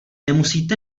nemusíte